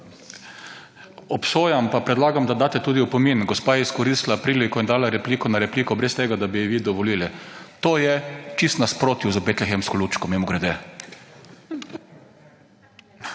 Obsojam pa predlagam, da date tudi opomni. Gospa je izkoristila priliko in dala repliko na repliko brez tega, da bi ji dovolili. To je v nasprotju z betlehemsko lučko, mimogrede.